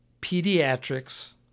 pediatrics